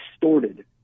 distorted